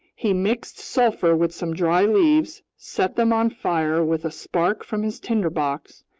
he mixed sulfur with some dry leaves, set them on fire with a spark from his tinderbox,